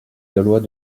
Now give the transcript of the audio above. gallois